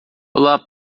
olá